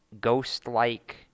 ghost-like